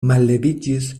malleviĝis